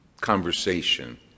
conversation